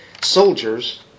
soldiers